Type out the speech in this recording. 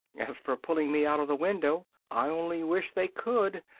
as for pulling me out of the window, i only wish they could!